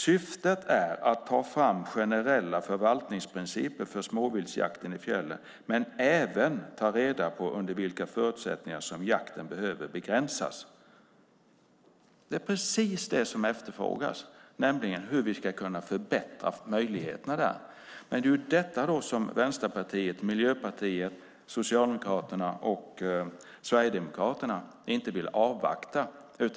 Syftet är att ta fram generella förvaltningsprinciper för småviltsjakten i fjällen, men även att ta reda på under vilka förutsättningar som jakt behöver begränsas." Det som efterfrågas är just hur vi ska kunna förbättra möjligheterna där. Men det vill inte Vänsterpartiet, Miljöpartiet, Socialdemokraterna och Sverigedemokraterna avvakta.